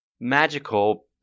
magical